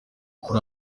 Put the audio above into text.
kuri